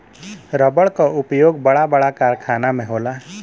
रबड़ क उपयोग बड़ा बड़ा कारखाना में होला